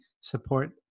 support